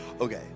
Okay